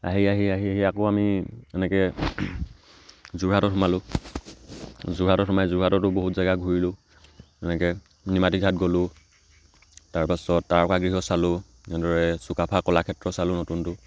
আহি আহি আহি আহি আকৌ আমি এনেকৈ যোৰহাটত সোমালো যোৰহাটত সোমাই যোৰহাটতো বহুত জেগা ঘূৰিলোঁ এনেকৈ নিমাটি ঘাট গলোঁ তাৰপাছত তাৰকাগৃহ চালোঁ এনেদৰে চুকাফা ক'লাক্ষেত্ৰ চালোঁ নতুনটো